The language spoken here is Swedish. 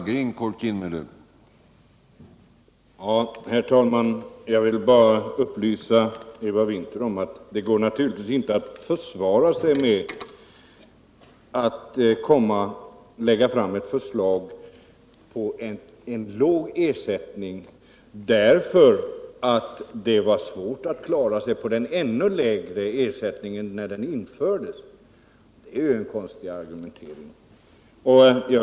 Herr talman! Jag vill bara upplysa Eva Winther om att det naturligtvis inte går att försvara ett förslag till låg ersättning med att det var svårt att klara sig på den ännu lägre ersättningen när den infördes. Det är ju en konstig argumentering.